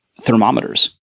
thermometers